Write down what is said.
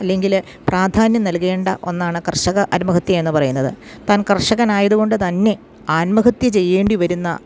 അല്ലെങ്കില് പ്രാധാന്യം നൽകേണ്ട ഒന്നാണ് കർഷക ആത്മഹത്യയെന്ന് പറയുന്നത് താൻ കർഷകനായതുകൊണ്ട് തന്നെ ആത്മഹത്യ ചെയ്യേണ്ടിവരുന്ന